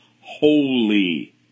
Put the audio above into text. holy